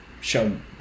shown